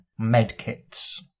medkits